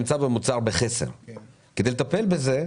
אתה רוצה סיור של ועדת הכספים בבולענים?